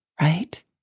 Right